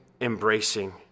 embracing